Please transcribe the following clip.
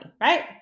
right